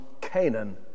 Canaan